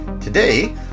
Today